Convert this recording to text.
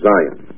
Zion